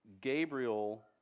Gabriel